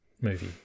movie